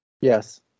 Yes